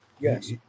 Yes